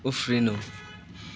उफ्रिनु